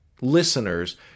listeners